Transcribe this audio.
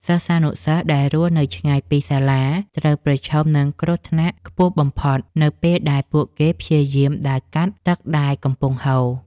សិស្សានុសិស្សដែលរស់នៅឆ្ងាយពីសាលា ត្រូវប្រឈមនឹងគ្រោះថ្នាក់ខ្ពស់បំផុត នៅពេលដែលពួកគេព្យាយាមដើរកាត់ទឹកដែលកំពុងហូរ។